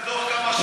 בתוך כמה שעות.